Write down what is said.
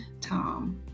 Tom